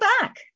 back